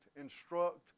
instruct